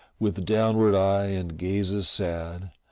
with downward eye and gazes sad,